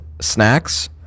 snacks